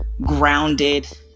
grounded